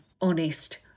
honest